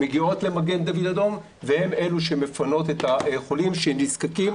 מגיעות למד"א והם אלה שמפנות את החולים שנזקקים